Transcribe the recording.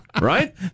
right